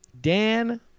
Dan